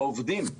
העובדים.